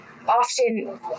often